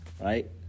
Right